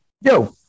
Yo